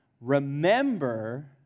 remember